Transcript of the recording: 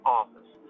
office